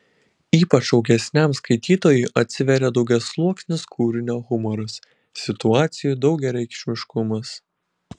ypač augesniam skaitytojui atsiveria daugiasluoksnis kūrinio humoras situacijų daugiareikšmiškumas